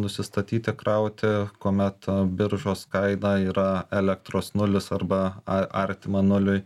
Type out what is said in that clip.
nusistatyti krauti kuomet biržos kaina yra elektros nulis arba a artima nuliui